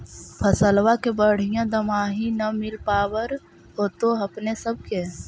फसलबा के बढ़िया दमाहि न मिल पाबर होतो अपने सब के?